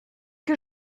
que